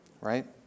right